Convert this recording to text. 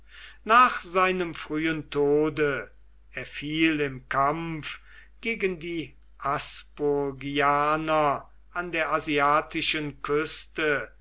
nach seinem frühen tode er fiel im kampfe gegen die aspurgianer an der asiatischen küste